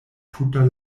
tuta